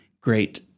great